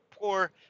poor